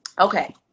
Okay